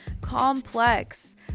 complex